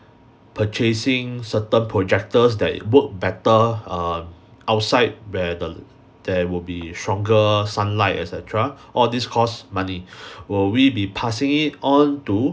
purchasing certain projectors that work better err outside where the there will be stronger sunlight et cetera all these costs money will we be passing it on to